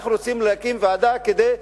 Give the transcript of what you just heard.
אנחנו רוצים להקים ועדת טיוח,